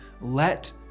let